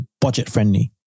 budget-friendly